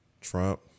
Trump